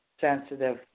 sensitive